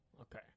Okay